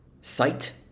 sight